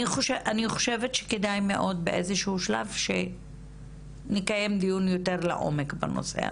אני חושבת שכדאי מאוד באיזה שהוא שלב שנקיים דיון יותר לעומק בנושא הזה.